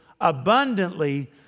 Abundantly